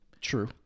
True